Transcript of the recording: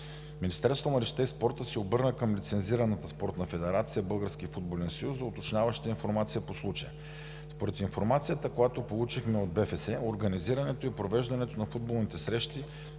Министерството на младежта и спорта се обърна към лицензираната спортна федерация – Български футболен съюз, за уточняваща информация по случая. Според информацията, която получихме от БФС, организирането и провеждането на футболните срещи